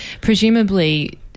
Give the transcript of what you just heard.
presumably